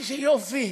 איזה יופי.